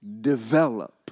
Develop